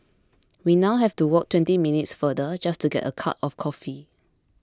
we now have to walk twenty minutes farther just to get a cup of coffee